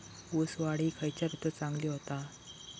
ऊस वाढ ही खयच्या ऋतूत चांगली होता?